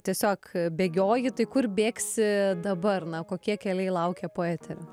tiesiog bėgioji tai kur bėgsi dabar na kokie keliai laukia po eterio